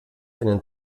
einen